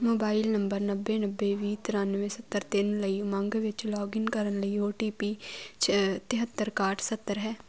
mobile number ਨੱਬੇ ਨੱਬੇ ਵੀਹ ਤਰਾਨਵੇਂ ਸੱਤਰ ਤਿੰਨ ਲਈ ਉਮੰਗ ਵਿੱਚ ਲੌਗਇਨ ਕਰਨ ਲਈ ਓ ਟੀ ਪੀ ਤਿਹੱਤਰ ਇਕਾਹਠ ਸੱਤਰ ਹੈ